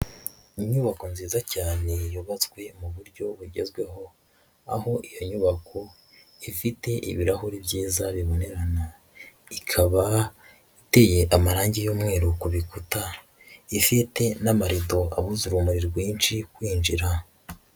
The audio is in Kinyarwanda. Inyubako nziza cyane yubatswe mu buryo bugezweho, aho iyo nyubako ifite ibirahuri byiza bibonerana, ikaba iteye amarangi y'umweru ku bikuta, ifite n'amarido abuza urumuri rwinshi kwinjira.